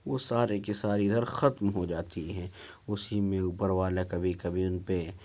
وہ سارے کے سارے ادھر ختم ہو جاتی ہیں اسی میں اوپر والا کبھی کبھی ان پہ